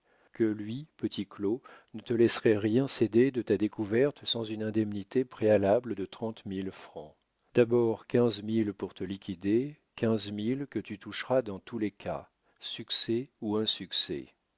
que lui petit claud ne te laisserait rien céder de ta découverte sans une indemnité préalable de trente mille francs d'abord quinze mille pour te liquider quinze mille que tu toucherais dans tous les cas succès ou insuccès